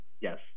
yes